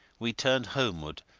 we turned homeward,